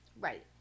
right